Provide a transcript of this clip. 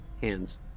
hands